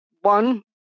one